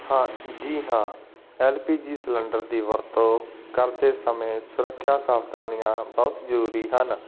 ਹਾਂ ਜੀ ਹਾਂ ਐੱਲ ਪੀ ਜੀ ਸਿਲੰਡਰ ਦੀ ਵਰਤੋਂ ਕਰਦੇ ਸਮੇਂ ਸੁਰੱਖਿਆ ਸਾਵਧਾਨੀਆਂ ਬਹੁਤ ਜ਼ਰੂਰੀ ਹਨ